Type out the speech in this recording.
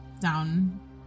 down